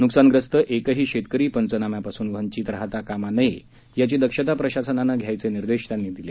नुकसानग्रस्त एकही शेतकरी पंचनाम्यांपासून वंचित राहता कामा नये याची दक्षता प्रशासनानं घ्यायचे निर्देश त्यांनी दिले